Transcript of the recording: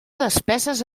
despeses